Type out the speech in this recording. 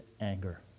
anger